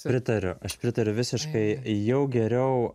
pritariu aš pritariu visiškai jau geriau